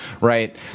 Right